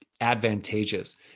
advantageous